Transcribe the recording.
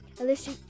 Alicia